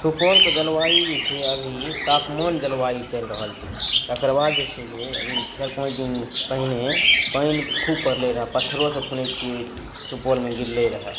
सुपौलके जलवायु जे छै अभी तापमान जलवायु चलि रहल छै तकर बाद जे छै ई चारि पाँच दिन पहिने पानि खूब परलै पत्थरो सभ सुनै छियै सुपौलमे गिरलै रहै